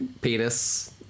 penis